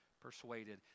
persuaded